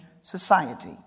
society